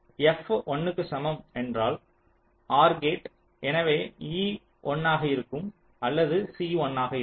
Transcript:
F 1 க்கு சமம் என்றால் ஆர் கேட் எனவே e 1 ஆக இருக்கும் அல்லது c 1 ஆக இருக்கும்